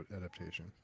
adaptation